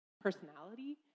personality